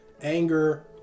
anger